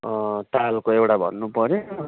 तालको एउटा भन्नुपऱ्यो